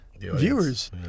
viewers